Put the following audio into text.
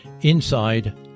Inside